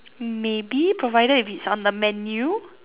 maybe provided if it's on the menu